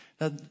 Now